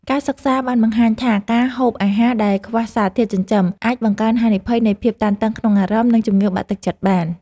ការសិក្សាបានបង្ហាញថាការហូបអាហារដែលខ្វះសារធាតុចិញ្ចឹមអាចបង្កើនហានិភ័យនៃភាពតានតឹងក្នុងអារម្មណ៍ និងជំងឺបាក់ទឹកចិត្តបាន។